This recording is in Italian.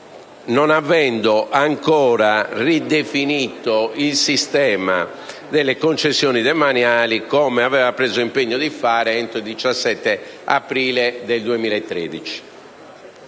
non avendo ancora ridefinito il sistema delle concessioni demaniali, come aveva preso l'impegno di fare entro il 17 aprile 2013.